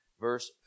verse